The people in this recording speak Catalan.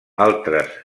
altres